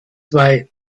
zwei